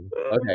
Okay